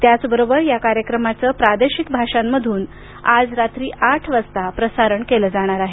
त्याचबरोबर या कार्यक्रमाचं प्रादेशिक भाषांमधून आज रात्री आठ वाजता प्रसारण केलं जाणार आहे